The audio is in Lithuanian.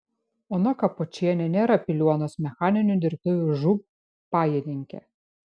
ona kapočienė nėra piliuonos mechaninių dirbtuvių žūb pajininkė